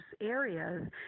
areas